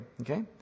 okay